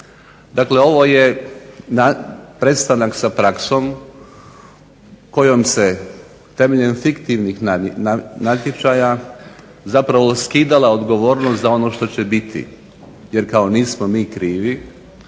Dakle, ovo je prestanak sa praksom kojom se temeljem fiktivnih natječaja zapravo skidala odgovornost za ono što će biti jer kao nismo mi krivi,